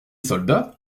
soldat